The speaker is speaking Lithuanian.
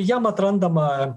jam atrandama